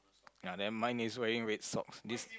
ya nevermind he is wearing red socks this